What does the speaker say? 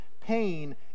pain